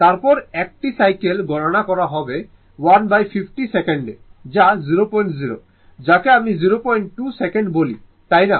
তারপরে 1 টি সাইকেল গণনা করা হবে 150 সেকেন্ড যা 00 যাকে আমি 002 সেকেন্ড বলি তাই না